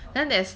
uh